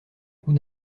coût